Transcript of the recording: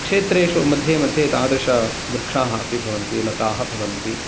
क्षेत्रेषु मध्ये मध्ये तादृशवृक्षाः अपि भवन्ति लताः भवन्ति